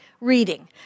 reading